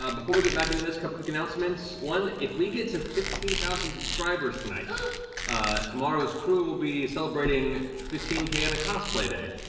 um before we get back into this, a couple quick announcements. one, if we get to fifteen thousand subscribers tonight, ah tomorrow's crew will be celebrating fifteen k and a cosplay day.